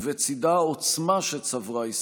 ובצידה עוצמה שצברה ישראל,